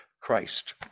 Christ